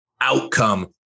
outcome